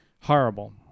horrible